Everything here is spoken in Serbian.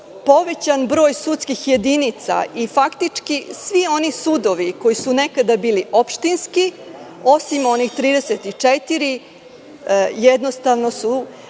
povećan broj sudskih jedinica, i faktički svi oni sudovi koji su nekada bili opštinski, osim onih 34, jednostavno su